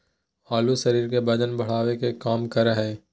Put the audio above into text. आलू शरीर के वजन बढ़ावे के काम करा हइ